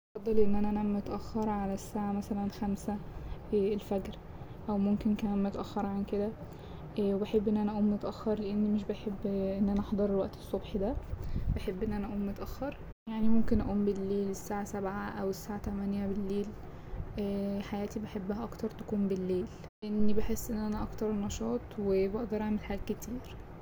بفضل أن أنا أنام متأخر على الساعة مثلا خمسة الفجر أو ممكن كمان متأخرعن كدا وبحب إن أنا أقوم متأخر لأن مش بحب إن أنا أحضر وقت الصبح ده بحب إن أنا أقوم متأخر يعني ممكن أقوم بالليل الساعة سبعة أو الساعة تمانية بالليل حياتي بحبها أكتر تكون بالليل لأني بحس ان أنا أكتر نشاط وبقدر أعمل حاجات كتير.